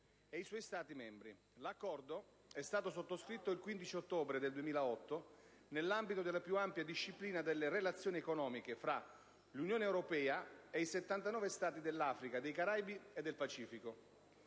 e i suoi Stati membri, dall'altra. L'Accordo è stato sottoscritto il 15 ottobre 2008 nell'ambito della più ampia disciplina delle relazioni economiche tra l'Unione europea e i 79 Stati dell'Africa, dei Caraibi e del Pacifico.